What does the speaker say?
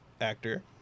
actor